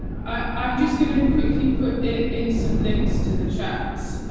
i'm just going to quickly put in some links to the chat